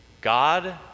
God